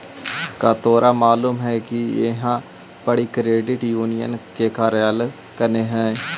का तोरा मालूम है कि इहाँ पड़ी क्रेडिट यूनियन के कार्यालय कने हई?